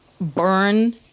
burn